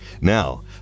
Now